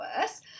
worse